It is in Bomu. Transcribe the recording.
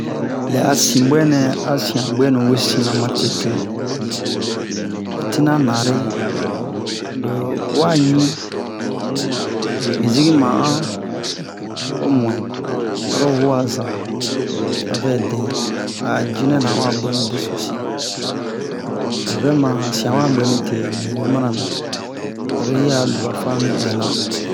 lɛya siɓɛ nin a siyan ɓɛnu we sina matete o tina nare lo-o wa ɲi musiki mayan o muɛn aro wua zan avɛdɛ a jinɛna wa ɓɛ ɓɛsosilo lo vɛ man yan sian wa ɓɛ mite niho manabi aro ya luba fa mi hɛna